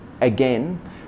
again